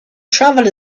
travel